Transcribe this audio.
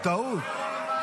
טעות, טעות.